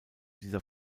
dieser